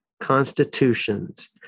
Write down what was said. constitutions